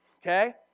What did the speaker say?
okay